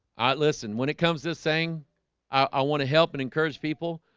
listen when it comes to saying i want to help and encourage people,